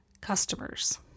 customers